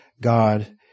God